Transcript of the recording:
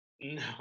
No